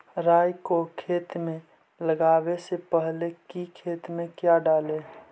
राई को खेत मे लगाबे से पहले कि खेत मे क्या डाले?